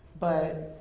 but